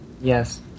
Yes